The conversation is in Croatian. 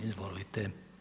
Izvolite.